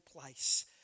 place